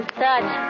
touch